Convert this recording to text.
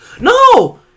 No